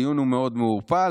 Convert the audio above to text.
הדיון הוא מאוד מעורפל,